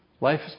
Life